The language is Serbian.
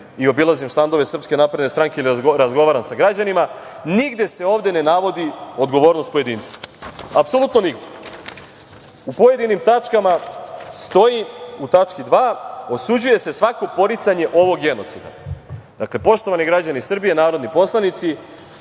i obilazim štandove SNS i razgovaram sa građanima, nigde se ovde ne navodi odgovornost pojedinca. Apsolutno nigde. U pojedinim tačkama stoji, u tački 2) osuđuje se svako poricanje ovog genocida. Dakle, poštovani građani Srbije, narodni poslanici,